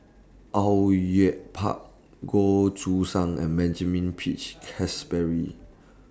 Au Yue Pak Goh Choo San and Benjamin Peach Keasberry